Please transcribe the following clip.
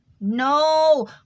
no